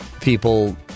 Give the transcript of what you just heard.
people